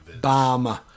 Bomb